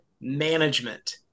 management